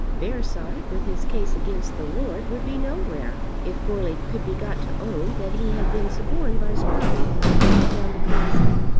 bearside with his case against the lord would be nowhere, if goarly could be got to own that he had been suborned by scrobby to put down the poison.